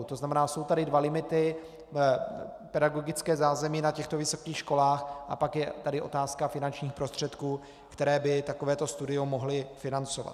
To znamená jsou tady dva limity pedagogické zázemí na vysokých školách a pak je tady otázka finančních prostředků, které by takovéto studium mohly financovat.